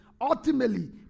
Ultimately